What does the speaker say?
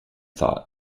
thought